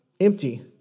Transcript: empty